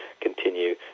continue